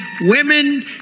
women